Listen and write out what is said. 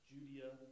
Judea